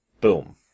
Boom